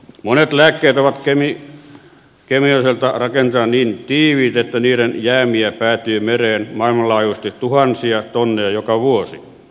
monet lääkkeet ovat kemialliselta rakenteeltaan niin tiiviitä että niiden jäämiä päätyy mereen maailmanlaajuisesti tuhansia tonneja joka vuosi